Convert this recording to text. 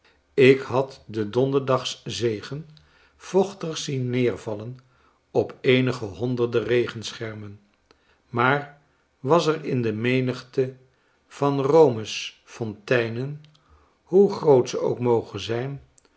ik had den donderdags zegen vochtig zien neervallen op eenige honderden regenschermen maar was er in de menigte van rome's tonteinen hoe groot ze ook mogen zijn